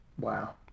Wow